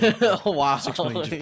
Wow